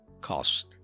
cost